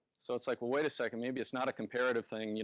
so it's like, well, wait a second, maybe it's not a comparative thing. you know